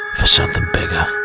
for something bigger